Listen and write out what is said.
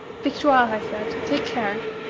victoire! i said, take care!